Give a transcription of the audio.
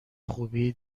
خوبی